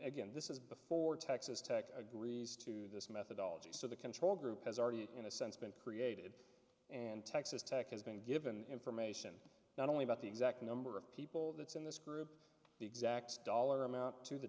again this is before texas tech agrees to this methodology so the control group has already in a sense been created and texas tech has been given information not only about the exact number of people that's in this group the exact dollar amount to the